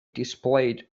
displayed